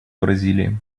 бразилии